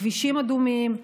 כבישים אדומים,